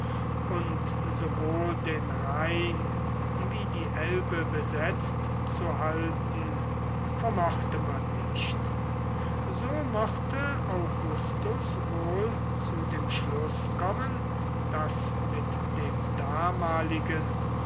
und sowohl den rhein wie die elbe besetzt zu halten vermochte man nicht so mochte augustus wohl zu dem schluß kommen daß mit dem damaligen